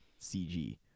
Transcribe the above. CG